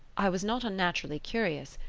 i was not unnaturally curious,